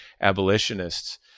abolitionists